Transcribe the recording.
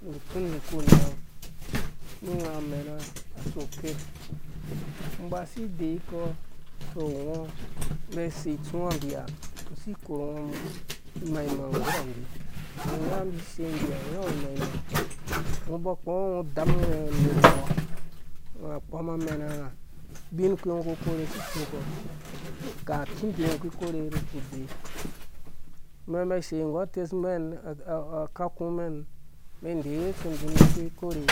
Ut sindi uku unang nu unga amena aso aker ungo uba usi ideyikɔ to ungo umbi asei itsuwanbi ha ungo usi ikoru imang mang nggura bgge tɔ ungo unyaɔ isei imbi ha unga imang mang ungo uba ukpoɔ ungo udam ungwe unerwɔɔ unge akpɔm ungo udan ungwɛ unerwoɔakpom amɛnanga ubikpi ungo uku ukore si itsikpɔ ga utsindi ungo uki ikore nu udze umɛn iba isei nggu atesmɛn akkumenumɛn ideyiwe utsindi umen iki ikore